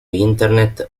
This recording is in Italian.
internet